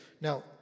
Now